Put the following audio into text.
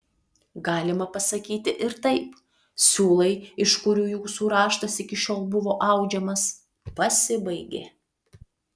galima pasakyti ir taip siūlai iš kurių jūsų raštas iki šiol buvo audžiamas pasibaigė